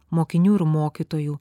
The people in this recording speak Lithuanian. mokinių ir mokytojų